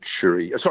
sorry